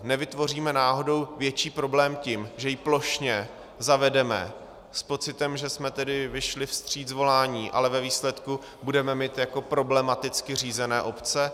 Nevytvoříme náhodou větší problém tím, že ji plošně zavedeme s pocitem, že jsme tedy vyšli vstříc volání, ale ve výsledku budeme mít problematicky řízené obce?